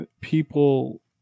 people